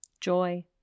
joy